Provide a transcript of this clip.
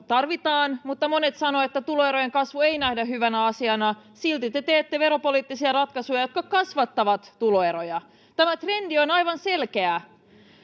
tarvitaan mutta monet sanovat että tuloerojen kasvua ei nähdä hyvänä asiana ja silti te teette veropoliittisia ratkaisuja jotka kasvattavat tuloeroja tämä trendi on aivan selkeä